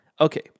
Okay